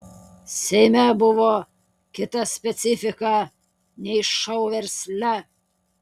seime buvo kita specifika nei šou versle